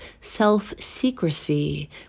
self-secrecy